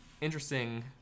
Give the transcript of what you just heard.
interesting